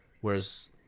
whereas